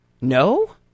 No